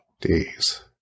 days